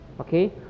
Okay